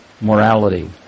morality